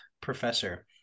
professor